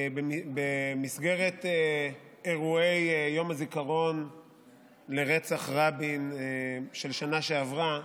במסגרת אירועי יום הזיכרון לרצח רבין של השנה שעברה,